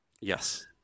Yes